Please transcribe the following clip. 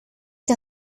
que